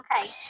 Okay